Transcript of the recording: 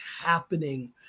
happening